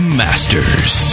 masters